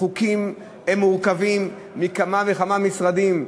כשחוקים מעוכבים מכמה וכמה משרדים.